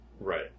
Right